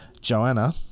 Joanna